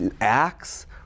Acts